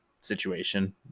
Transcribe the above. situation